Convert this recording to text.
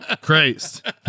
Christ